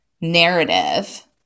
narrative